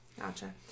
Gotcha